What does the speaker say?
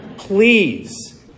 please